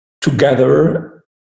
together